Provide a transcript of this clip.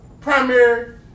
primary